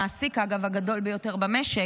זה המעסיק הגדול ביותר במשק,